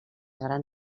gran